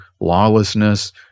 lawlessness